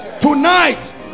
tonight